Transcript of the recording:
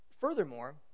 furthermore